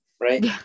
Right